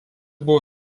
buvo